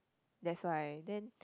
that's why then